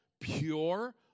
pure